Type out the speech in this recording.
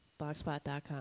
Blogspot.com